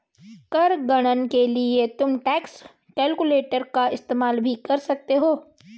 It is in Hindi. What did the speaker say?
कर गणना के लिए तुम टैक्स कैलकुलेटर का इस्तेमाल भी कर सकते हो